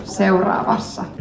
seuraavassa